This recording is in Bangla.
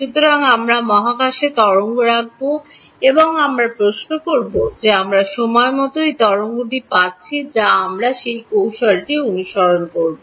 সুতরাং আমরা মহাকাশে তরঙ্গ রাখব এবং আমরা প্রশ্ন করব যে আমরা সময় মতো একটি তরঙ্গ পাচ্ছি যা আমরা সেই কৌশলটি অনুসরণ করব